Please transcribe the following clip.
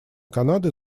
канады